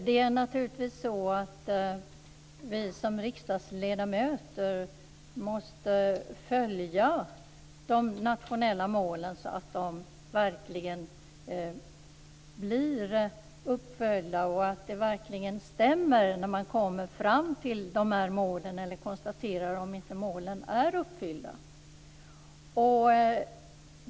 Fru talman! Vi riksdagsledamöter måste naturligtvis följa de nationella målen, så att de verkligen blir uppföljda och det verkligen stämmer när man kommer fram till målen eller konstaterar att målen inte är uppfyllda.